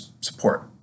support